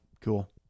Cool